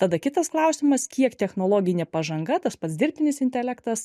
tada kitas klausimas kiek technologinė pažanga tas pats dirbtinis intelektas